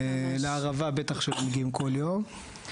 ולערבה בטח שלא מגיעים כל יום.